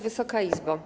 Wysoka Izbo!